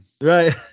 Right